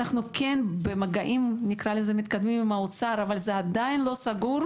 אנחנו במגעים מתקדמים עם משרד האוצר אבל זה עדיין לא סגור.